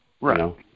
Right